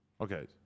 Okay